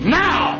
now